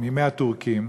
מימי הטורקים,